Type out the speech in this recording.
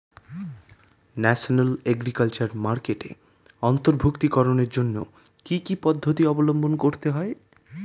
National agriculture মার্কেটে অন্তর্ভুক্তিকরণের জন্য কি কি পদ্ধতি অবলম্বন করতে হয়?